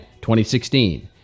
2016